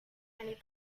many